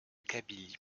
kabylie